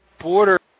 Border